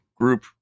group